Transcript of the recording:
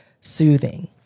soothing